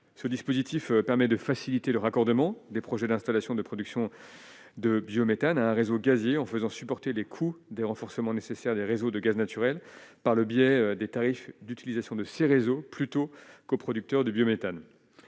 ce dispositif permet de faciliter le raccordement des projets d'installations de production de biométhane à réseau gazier en faisant supporter les coûts des renforcements nécessaires des réseaux de gaz naturel par le biais des tarifs d'utilisation de ces réseaux plutôt qu'aux producteurs de biométhane